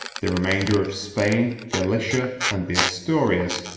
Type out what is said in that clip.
the remainder of spain, gallicia, and the asturias,